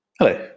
Hello